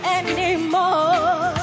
anymore